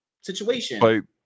situation